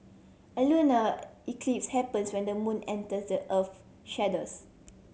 a lunar eclipse happens when the moon enters the earth shadows